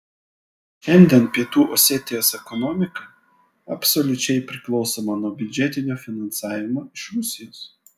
šiandien pietų osetijos ekonomika absoliučiai priklausoma nuo biudžetinio finansavimo iš rusijos